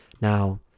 Now